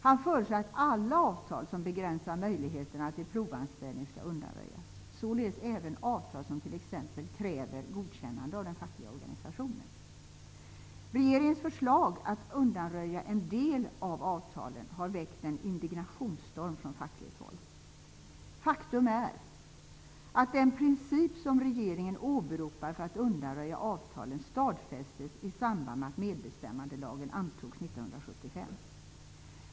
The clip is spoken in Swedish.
Han föreslår att alla avtal som begränsar möjligheterna till provanställning skall undanröjas, således även avtal som t.ex. kräver godkännande av den fackliga organisationen. Regeringens förslag att undanröja en del av avtalen har väckt en indignationsstorm från fackligt håll. Faktum är att den princip som regeringen åberopar för att undanröja avtalen stadfästes i samband med att medbestämmandelagen antogs 1975.